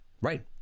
Right